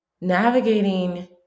navigating